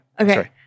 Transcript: Okay